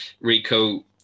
Rico